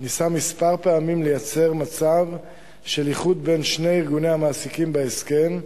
ניסה כמה פעמים לייצר מצב של איחוד בין שני ארגוני המעסיקים בהסכם,